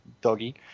doggy